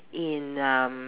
in um